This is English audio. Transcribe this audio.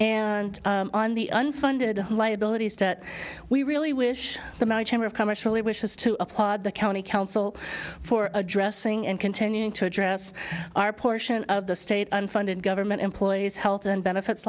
and on the unfunded liabilities that we really wish the merry chamber of commerce really wishes to applaud the county council for addressing and continuing to address our portion the state unfunded government employees health and benefits